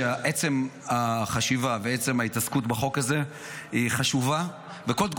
עצם החשיבה ועצם ההתעסקות בחוק הזה הן חשובות,